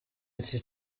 iki